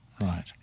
Right